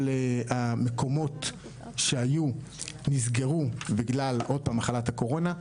המקומות שהיו נסגרו בגלל מחלקת הקורונה,